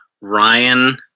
Ryan